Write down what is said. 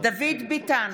דוד ביטן,